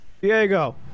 Diego